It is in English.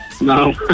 No